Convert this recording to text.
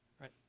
right